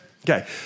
Okay